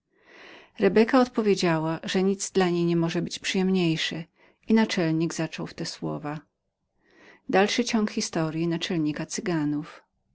rebeka odpowiedziała że nic dla niej niemogło być przyjemniejszem i naczelnik zaczął w te słowa